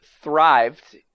thrived